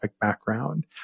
background